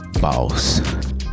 boss